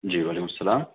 جی وعلیکم السلام